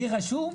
אני רשום?